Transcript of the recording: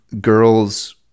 girls